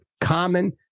common